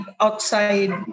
outside